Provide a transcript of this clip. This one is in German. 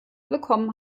willkommen